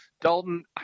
Dalton